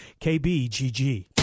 KBGG